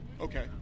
Okay